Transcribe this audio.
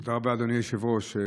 תודה רבה, אדוני היושב-ראש.